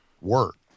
work